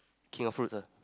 king of fruits ah